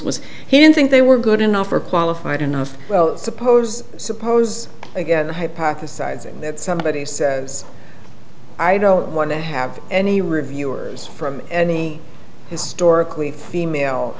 was he didn't think they were good enough or qualified enough well suppose suppose again hypothesizing that somebody says i don't want to have any reviewer's from any historically female